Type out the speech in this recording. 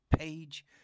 Page